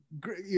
great